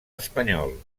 espanyol